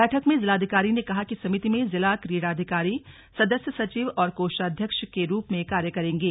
बैठक में जिलाधिकारी ने कहा कि समिति में जिला क्रीड़ा अधिकारी सदस्य सचिव और कोषाध्य के रूप में कार्य करेंगे